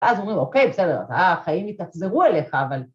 ‫אז אומרים, אוקיי, בסדר, ‫החיים התאכזרו אליך, אבל...